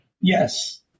yes